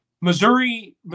Missouri